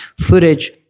footage